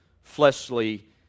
fleshly